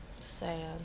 Sad